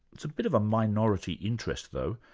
it's a bit of a minority interest, though.